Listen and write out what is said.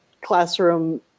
classroom